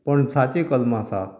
पणसांची कलमां आसात